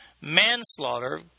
Manslaughter